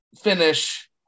finish